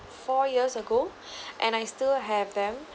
four years ago and I still have them